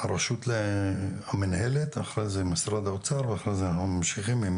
רשות המינהלת ואחרי זה משרד האוצר ואחר כך אנחנו ממשיכים.